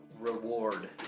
reward